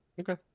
Okay